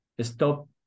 stop